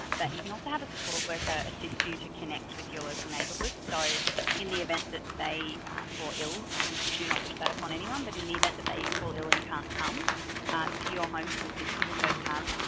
that you can also have a support worker assist you to connect with your local neighborhoods. so in the event that they fall ill, we do not wish that upon anyone, but in the event that they fall ill and can't come to your home to assist you with those tasks,